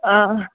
ആ